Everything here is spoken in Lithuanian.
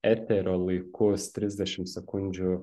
eterio laikus trisdešim sekundžių